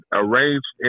arranged